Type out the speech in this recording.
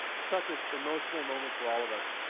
such an emotional moment for all of us.